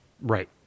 right